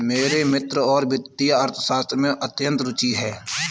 मेरे मित्र को वित्तीय अर्थशास्त्र में अत्यंत रूचि है